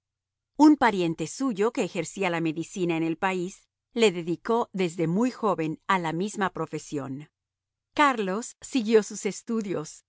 un pariente suyo que ejercía la medicina en el país le dedicó desde muy joven a la misma profesión carlos siguió sus